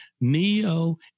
Neo